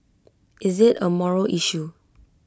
is IT A moral issue